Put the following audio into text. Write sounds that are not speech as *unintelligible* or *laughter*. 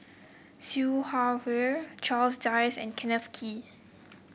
Siew *unintelligible* Her Charles Dyce and Kenneth Kee